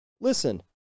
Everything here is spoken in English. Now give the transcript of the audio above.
listen